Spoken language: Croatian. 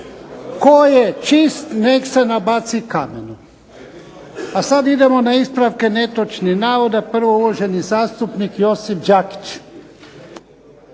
Tko je čist nek se nabaci kamenom! A sad idemo na ispravke netočnih navoda. Prvo uvaženi zastupnik Josip Đakić.